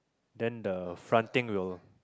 then the front thing will